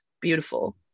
beautiful